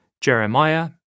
Jeremiah